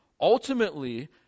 Ultimately